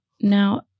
Now